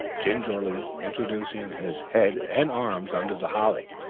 gingerly introducing his head and arms under the holly,